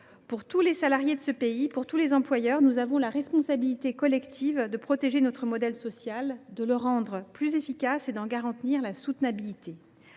Pour tous les salariés de ce pays, pour tous les employeurs, nous avons la responsabilité collective de protéger notre modèle social, de le rendre plus efficace et d’en garantir la soutenabilité.